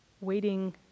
waiting